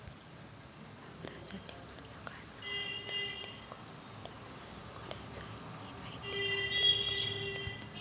वावरासाठी कर्ज काढाचं हाय तर ते कस कराच ही मायती ऑनलाईन कसी भेटन?